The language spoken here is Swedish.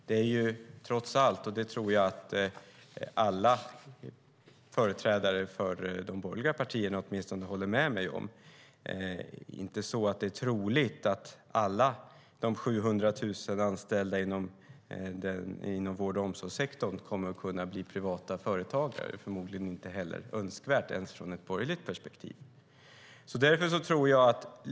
Det är trots allt, och det tror jag att åtminstone alla företrädare för de borgerliga partierna håller med mig om, inte troligt att alla de 700 000 anställda inom vård och omsorgssektorn kommer att kunna bli privata företagare. Det är förmodligen inte heller önskvärt ens ur ett borgerligt perspektiv.